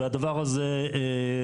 והדבר הזה מבוצע,